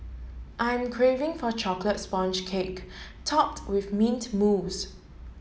I'm craving for chocolate sponge cake topped with mint mousse